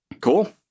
Cool